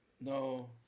no